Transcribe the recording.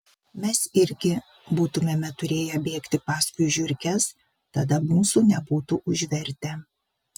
mes irgi būtumėme turėję bėgti paskui žiurkes tada mūsų nebūtų užvertę